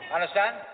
Understand